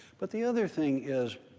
but the other thing is